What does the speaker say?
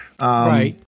Right